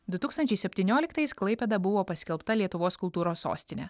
du tūkstančiai septynioliktais klaipėda buvo paskelbta lietuvos kultūros sostine